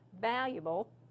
valuable